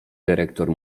dyrektor